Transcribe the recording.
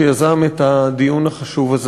שיזם את הדיון החשוב הזה.